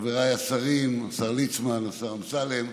חבריי השרים, השר ליצמן, השר אמסלם,